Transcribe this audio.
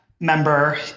member